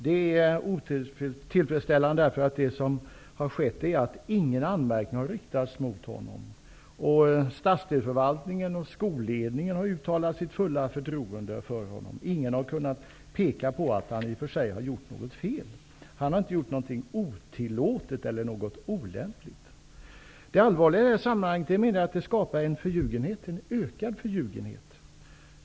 Det är otillfredsställande, eftersom ingen anmärkning har riktats mot honom. Stadsdelsförvaltningen och skolledningen har uttalat sitt fulla förtroende för honom, och ingen har kunnat peka på att han gjort något fel. Han har inte gjort något otillåtet eller olämpligt. Det allvarliga i detta sammanhang är att det skapar en ökad förljugenhet.